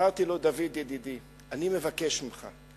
אמרתי לו: דוד ידידי, אני מבקש ממך.